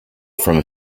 from